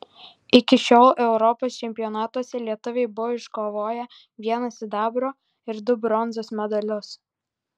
iki šiol europos čempionatuose lietuviai buvo iškovoję vieną sidabro ir du bronzos medalius